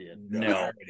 no